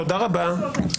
תודה רבה.